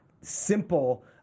simple